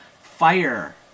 fire